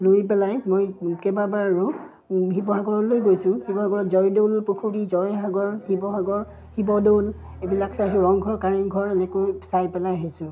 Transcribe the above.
লৈ পেলাই মই কেইবাবাৰো শিৱসাগৰলৈ গৈছোঁ শিৱসাগৰত জয়দৌল পুখুৰী জয়সাগৰ শিৱসাগৰ শিৱদৌল এইবিলাক চাইছোঁ ৰংঘৰ কাৰেংঘৰ এনেকৈ চাই পেলাই আহিছোঁ